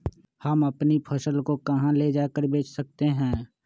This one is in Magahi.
हम अपनी फसल को कहां ले जाकर बेच सकते हैं?